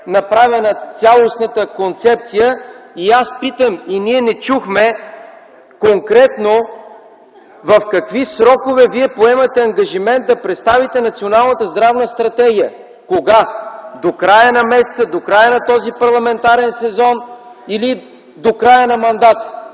направена цялостната концепция? Аз питам и ние не чухме конкретно в какви срокове Вие поемате ангажимент да представите Националната здравна стратегия? Кога? До края на месеца, до края на този парламентарен сезон или до края на мандата.